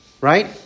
right